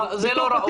לא, זה לא ראוי.